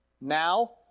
now